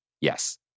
yes